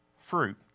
fruit